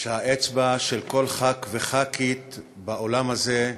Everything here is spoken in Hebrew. שהאצבע של כל ח"כ וח"כית באולם הזה,